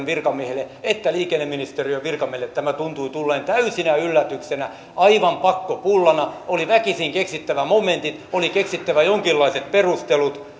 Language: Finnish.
virkamiehille että liikenneministeriön virkamiehille tämä tuntui tulleen täysin yllätyksenä aivan pakkopullana oli väkisin keksittävä momentit oli keksittävä jonkinlaiset perustelut